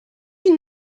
you